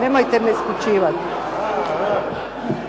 nemojte me isključivati.